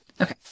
okay